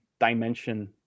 dimension